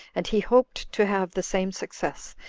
and he hoped to have the same success,